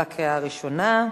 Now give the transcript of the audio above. בקריאה ראשונה.